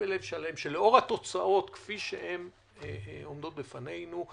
בלב שלם, שלאור התוצאות, כפי שהן עומדות בפנינו,